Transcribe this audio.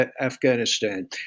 Afghanistan